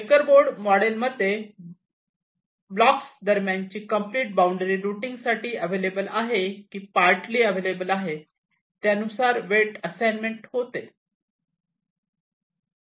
checker board model मध्ये blocks दरम्यानची complete boundary रूटिंगसाठी अवेलेबल आहे की पार्टली अवेलेबल आहे त्यानुसार वेट असाइन्मेंट होते